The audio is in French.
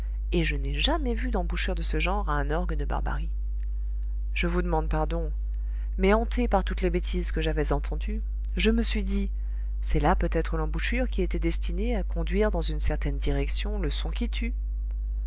et je n'ai jamais vu d'embouchure de ce genre à un orgue de barbarie je vous demande pardon mais hanté par toutes les bêtises que j'avais entendues je me suis dit c'est là peut-être l'embouchure qui était destinée à conduire dans une certaine direction le son qui tue